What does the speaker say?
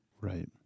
Right